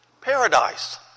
Paradise